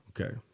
okay